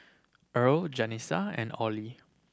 Irl Janessa and Orley